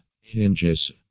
Hinges